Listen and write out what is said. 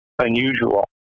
Unusual